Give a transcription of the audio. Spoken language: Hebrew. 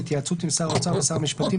בהתייעצות עם שר האוצר ושר המשפטים,